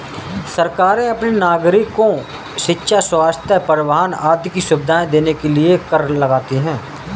सरकारें अपने नागरिको शिक्षा, स्वस्थ्य, परिवहन आदि की सुविधाएं देने के लिए कर लगाती हैं